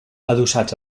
adossats